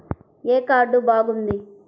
ఏ card బాగుంది?